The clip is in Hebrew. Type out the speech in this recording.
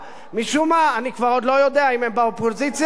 אני עוד לא יודע אם הם באופוזיציה או בקואליציה.